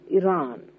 Iran